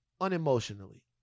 unemotionally